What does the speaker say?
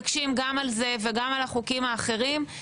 תתייחסי לנושא שאנחנו דנים בו.